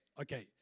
Okay